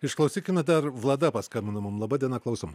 išklausykime dar vlada paskambino mum laba diena klausom